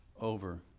over